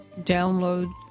download